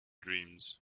dreams